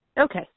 Okay